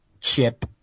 Chip